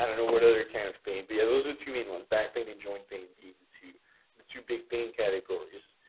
um don't know what other kind of pain but yeah, those are two main ones, back pain and joint pain being the two the two big pain categories.